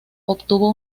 obtuvo